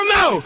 no